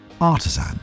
artisan